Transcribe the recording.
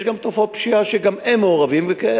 יש גם תופעות פשיעה שהם מעורבים בהן,